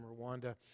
Rwanda